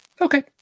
okay